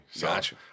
Gotcha